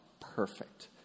perfect